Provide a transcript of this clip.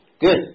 Good